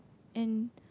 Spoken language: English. and